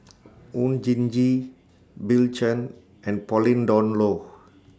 Oon Jin Gee Bill Chen and Pauline Dawn Loh